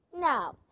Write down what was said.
Now